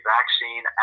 Vaccine